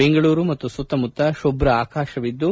ಬೆಂಗಳೂರು ಮತ್ತು ಸುತ್ತಮುತ್ತ ಶುಭ್ರ ಆಕಾಶವಿದ್ದು